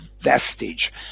vestige